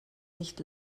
nicht